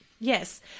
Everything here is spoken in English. Yes